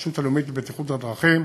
הרשות הלאומית לבטיחות בדרכים,